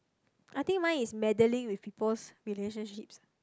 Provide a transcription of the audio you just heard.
I think mine is meddling with peoples' relationships